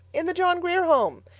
in the john grier home!